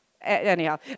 anyhow